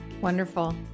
Wonderful